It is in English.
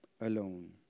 alone